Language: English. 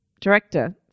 Director